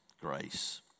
Grace